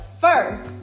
first